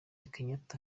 kenyatta